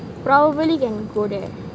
probably can go there